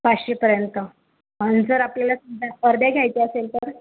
पाचशेपर्यंत आणि जर आपल्याला समजा अर्ध्या घ्यायच्या असेल तर